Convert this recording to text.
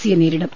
സിയെ നേരിടും